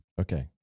Okay